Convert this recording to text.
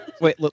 Wait